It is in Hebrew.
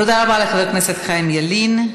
תודה רבה לחבר הכנסת חיים ילין.